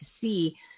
see